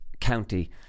county